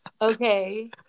okay